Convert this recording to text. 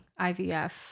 IVF